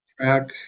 track